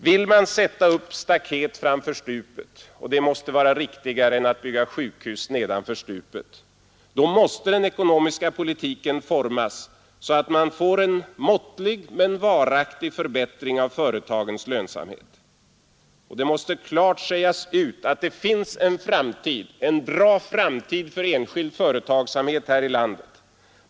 Vill man sätta upp staket framför stupet — och det måste vara viktigare än att bygga sjukhus nedanför stupet — då måste den ekonomiska politiken formas så att man får en måttlig men varaktig förbättring av företagens lönsamhet. Det måste klart sägas ut att det finns en framtid, en bra framtid, för enskild företagssamhet här i landet.